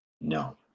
No